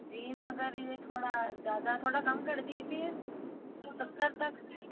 जी मगर ये थोड़ा ज़्यादा थोड़ा कम कर दीजिए सत्तर तक